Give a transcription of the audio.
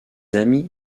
amis